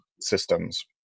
systems